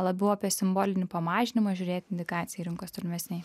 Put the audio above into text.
labiau apie simbolinį pamažinimą žiūrėt indikaciją rinkos tolimesnėj